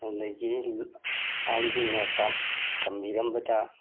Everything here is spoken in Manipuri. ꯑꯗꯒꯤ ꯑꯍꯟꯁꯤꯡꯅ ꯇꯝꯕꯤꯔꯝꯕꯗ